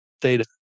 Data